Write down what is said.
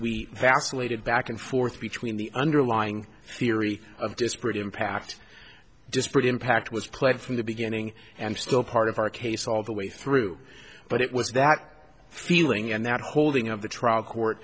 did back and forth between the underlying theory of disparate impact disparate impact was played from the beginning and still part of our case all the way through but it was that feeling and that holding of the trial court